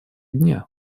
дня